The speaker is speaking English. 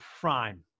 prime